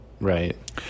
Right